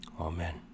Amen